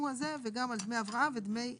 הזה וגם על דמי הבראה ודמי חופשה.